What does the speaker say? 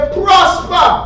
prosper